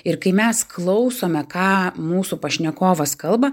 ir kai mes klausome ką mūsų pašnekovas kalba